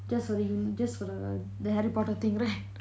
just for the uni~ just for the the harry potter thing right